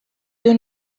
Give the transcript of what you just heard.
you